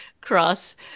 cross